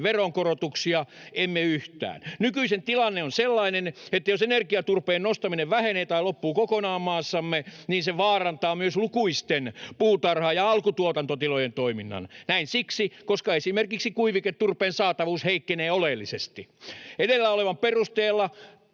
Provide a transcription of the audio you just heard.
veronkorotuksia, emme yhtään. Nykyisin tilanne on sellainen, että jos energiaturpeen nostaminen vähenee tai loppuu kokonaan maassamme, niin se vaarantaa myös lukuisten puutarha- ja alkutuotantotilojen toiminnan. Näin siksi, koska esimerkiksi kuiviketurpeen saatavuus heikkenee oleellisesti.” Edellä olevan perusteella